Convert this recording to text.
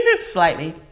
Slightly